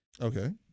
Okay